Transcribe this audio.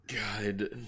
God